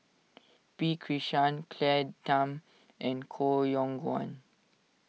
P Krishnan Claire Tham and Koh Yong Guan